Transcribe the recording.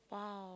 !wow!